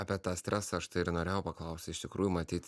apie tą stresą aš tai ir norėjau paklausti iš tikrųjų matyt